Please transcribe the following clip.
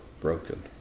broken